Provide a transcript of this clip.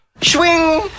Swing